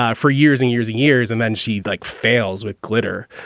ah for years and years and years. and then she'd like fails with glitter.